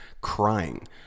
crying